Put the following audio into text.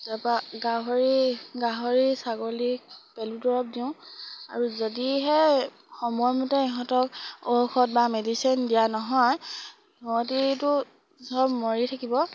তাৰপৰা গাহৰি গাহৰি ছাগলীক পেলু দৰব দিওঁ আৰু যদিহে সময়মতে ইহঁতক ঔষধ বা মেডিচিন দিয়া নহয় সিহঁতিতো চব মৰি থাকিব